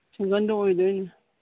ꯁꯤꯡꯒꯜꯗ ꯑꯣꯏꯗꯣꯏꯅꯤ